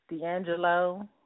D'Angelo